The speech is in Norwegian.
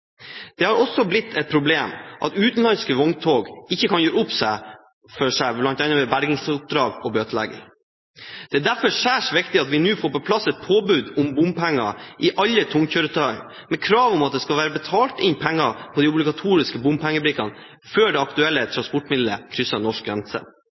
Det har også blitt et problem at utenlandske vogntog ikke kan gjøre opp for seg, bl.a. ved bergingsoppdrag og bøtlegging. Det er derfor særs viktig at vi nå får på plass et påbud om bompenger for alle tungkjøretøyer, med krav om at det skal være betalt inn penger på de obligatoriske bompengebrikkene før det aktuelle transportmidlet krysser norsk grense.